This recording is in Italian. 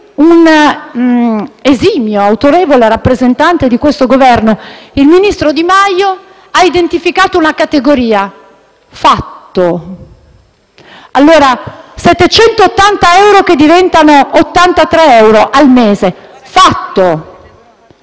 un esimio e autorevole rappresentare di questo Governo, il ministro Di Maio, ha identificato una categoria: fatto. Allora 780 euro che diventano 83 euro al mese: fatto.